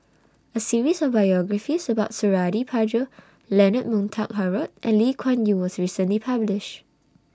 A series of biographies about Suradi Parjo Leonard Montague Harrod and Lee Kuan Yew was recently published